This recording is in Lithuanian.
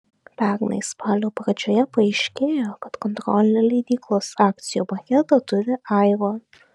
pernai spalio pradžioje paaiškėjo kad kontrolinį leidyklos akcijų paketą turi aiva